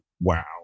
wow